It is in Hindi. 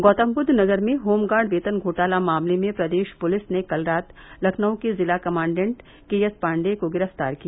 गौतमबुद्ध नगर में होमगार्ड वेतन घोटाला मामले में प्रदेश पुलिस ने कल रात लखनऊ के जिला कमांडेंट के एस पांडे को गिरफ्तार किया